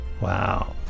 Wow